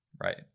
right